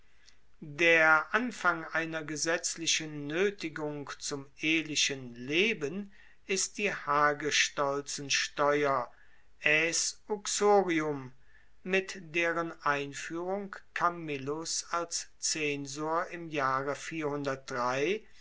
der anfang einer gesetzlichen noetigung zum ehelichen leben ist die hagestolzensteuer aes uxorium mit deren einfuehrung camillus als zensor im jahre